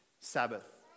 Sabbath